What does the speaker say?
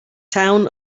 town